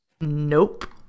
Nope